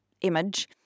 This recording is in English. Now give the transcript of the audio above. image